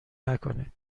نکنین